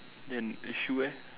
then the shoe leh